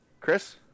Chris